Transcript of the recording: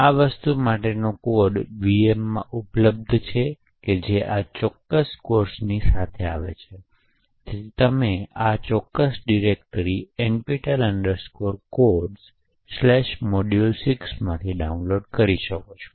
તેથી આ વસ્તુ માટેના કોડ VM માં ઉપલબ્ધ છે જે આ ચોક્કસ કોર્સની સાથે આવે છે તેથી તમે આ ચોક્કસ ડિરેક્ટરી NPTEL Codesmodule6 માંથી ડાઉનલોડ કરી શકો છો